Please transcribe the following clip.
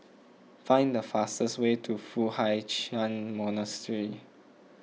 find the fastest way to Foo Hai Ch'an Monastery